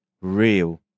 real